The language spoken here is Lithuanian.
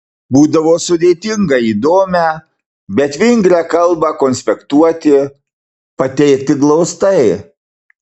būdavo sudėtinga įdomią bet vingrią kalbą konspektuoti pateikti glaustai